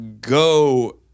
go